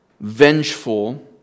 vengeful